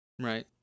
right